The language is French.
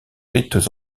rites